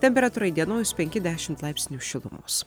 temperatūra įdienojus penki dešimt laipsnių šilumos